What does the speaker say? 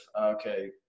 Okay